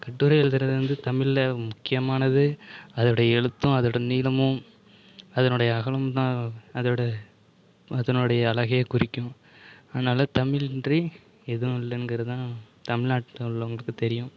கட்டுரை எழுதுகிறது வந்து தமிழில் முக்கியமானது அதோடைய எழுத்தும் அதோடய நீளமும் அதனுடைய அகலமும் தான் அதோடு அதனுடைய அழகை குறிக்கும் அதனால தமிழ் இன்றி எதுவும் இல்லைங்கிறதான் தமிழ்நாட்டில் உள்ளவங்களுக்குத் தெரியும்